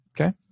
Okay